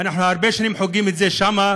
והרבה שנים אנחנו חוגגים את זה שם,